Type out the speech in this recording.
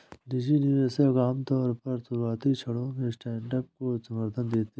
निजी निवेशक आमतौर पर शुरुआती क्षणों में स्टार्टअप को समर्थन देते हैं